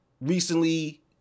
recently